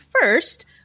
first